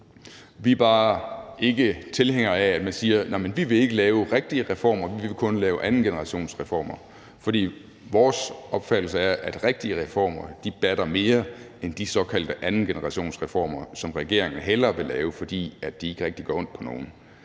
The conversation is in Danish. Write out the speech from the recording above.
Vi er bare ikke tilhængere af, at man siger: Nå, men vi vil ikke lave rigtige reformer, vi vil kun lave andengenerationsreformer. For vores opfattelse er, at rigtige reformer batter mere end de såkaldte andengenerationsreformer, som regeringen hellere vil lave, fordi de ikke rigtig gør ondt på nogen.